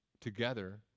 together